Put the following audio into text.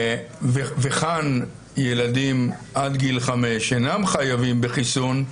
וכאן ילדים עד גיל חמש אינם חייבים בחיסון,